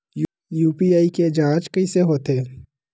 UPI के के जांच कइसे होथे?